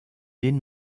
den